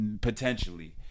potentially